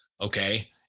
Okay